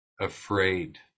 afraid